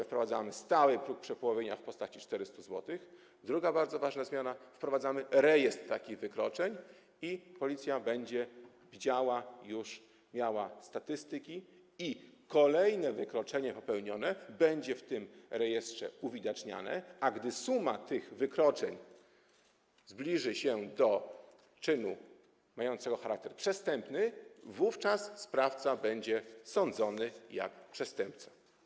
Wprowadzamy stały próg przepołowienia w wysokości 400 zł, a druga bardzo ważna zmiana - wprowadzamy rejestr takich wykroczeń i Policja będzie już widziała, miała statystyki i kolejne popełnione wykroczenie będzie w tym rejestrze uwidaczniane, a gdy suma tych wykroczeń zbliży się do czynu mającego charakter przestępny, wówczas sprawca będzie sądzony jak przestępca.